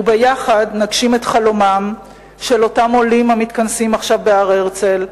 וביחד נגשים את חלומם של אותם עולים המתכנסים עכשיו בהר-הרצל,